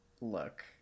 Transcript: look